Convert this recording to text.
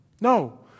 No